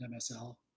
MSL